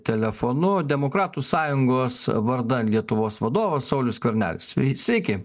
telefonu demokratų sąjungos vardan lietuvos vadovas saulius skvernelis sveiki